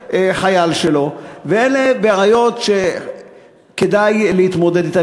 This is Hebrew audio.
יהיה חייל שלו, ואלה בעיות שכדאי להתמודד אתן.